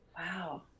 Wow